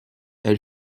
elle